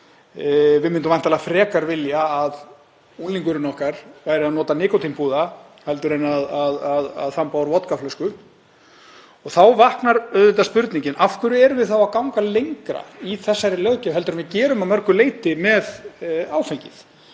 Við myndum væntanlega frekar vilja að unglingurinn okkar væri að nota nikótínpúða heldur en að þamba úr vodkaflösku. Þá vaknar auðvitað spurningin: Af hverju erum við að ganga lengra í þessari löggjöf heldur en við gerum að mörgu leyti með áfengið?